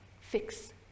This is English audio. fix